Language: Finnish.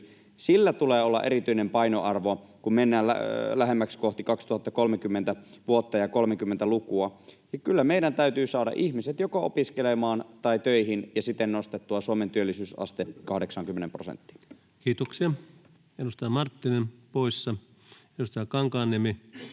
tulee olla erityinen painoarvo, kun mennään lähemmäksi kohti vuotta 2030 ja 30-lukua. Kyllä meidän täytyy saada ihmiset joko opiskelemaan tai töihin ja siten nostettua Suomen työllisyysaste 80 prosenttiin. Kiitoksia. — Edustaja Marttinen poissa, edustaja Kankaanniemi